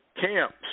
camps